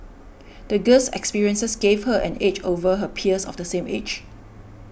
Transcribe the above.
the girl's experiences gave her an edge over her peers of the same age